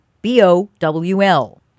B-O-W-L